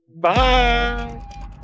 bye